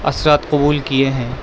اثرات قبول کیے ہیں